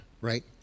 right